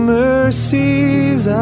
mercies